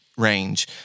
range